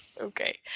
Okay